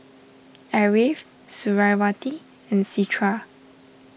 Ariff Suriawati and Citra